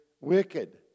wicked